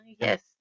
Yes